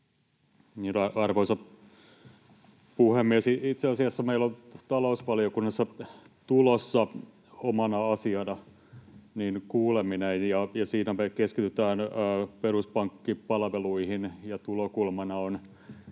Arvoisa puhemies! Itse asiassa meillä on talousvaliokunnassa tulossa omana asiana kuuleminen. Siinä me keskitytään peruspankkipalveluihin, ja tulokulmana